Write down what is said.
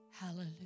Hallelujah